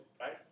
right